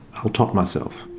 i'll top myself.